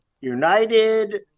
United